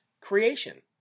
creation